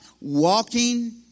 walking